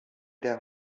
der